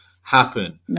happen